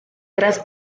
tras